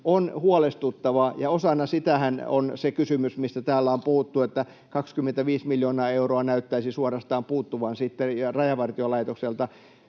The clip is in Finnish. on huolestuttava. Osanahan sitä on se kysymys, mistä täällä on puhuttu, että 25 miljoonaa euroa näyttäisi suorastaan puuttuvan Rajavartiolaitokselta.